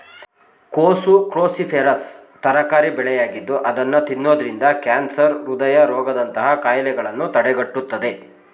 ಕೋಸು ಕ್ರೋಸಿಫೆರಸ್ ತರಕಾರಿ ಬೆಳೆಯಾಗಿದ್ದು ಅದನ್ನು ತಿನ್ನೋದ್ರಿಂದ ಕ್ಯಾನ್ಸರ್, ಹೃದಯ ರೋಗದಂತಹ ಕಾಯಿಲೆಗಳನ್ನು ತಡೆಗಟ್ಟುತ್ತದೆ